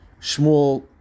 Shmuel